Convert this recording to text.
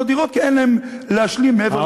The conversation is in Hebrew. דירות כי אין להם להשלים מעבר למשכנתה.